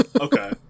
Okay